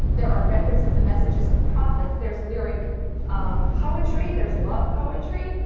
there are records of the messages of prophets. there's lyric um poetry, there's love poetry,